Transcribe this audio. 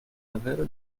davvero